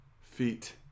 Feet